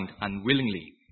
unwillingly